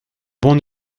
bon